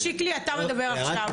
שיקלי אתה מדבר עכשיו.